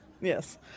Yes